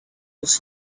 was